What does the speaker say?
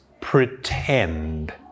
pretend